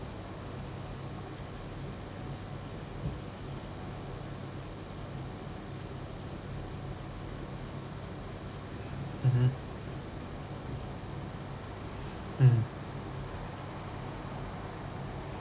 mmhmm mm